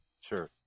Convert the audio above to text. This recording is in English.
Sure